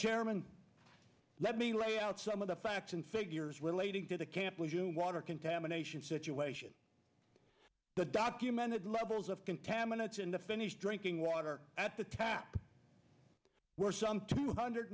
chairman let me lay out some of the facts and figures relating to the campus to water contamination situation the documented levels of contaminants in the finished drinking water at the tap were some two hundred